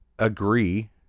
agree